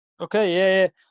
Okay